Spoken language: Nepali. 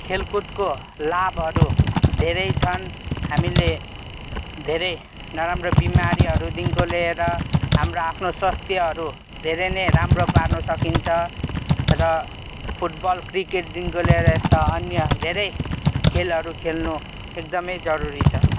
खेलकुदको लाभहरू धेरै छन् हामीले धेरै नराम्रो बिमारीहरूदेखिको लिएर हाम्रो आफ्नो स्वस्थ्यहरू धेरै नै राम्रो पार्नु सकिन्छ र फुटबल क्रिकेटदेखिको लिएर यस्तो अन्य धेरै खेलहरू खेल्नु एकदमै जरूरी छ